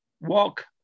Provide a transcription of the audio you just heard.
walk